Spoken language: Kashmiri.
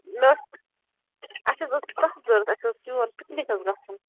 مےٚ ٲس اَسہِ حظ ٲس بَس ضروٗرت اَسہِ اوس یور پِکنِک حظ گژھُن